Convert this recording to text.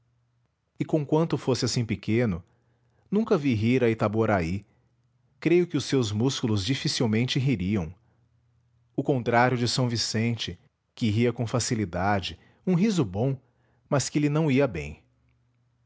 e conquanto fosse assim pequeno nunca vi rir a itaboraí creio que os seus músculos dificilmente ririam o contrário de s vicente que ria com facilidade um riso bom mas que lhe não ia bem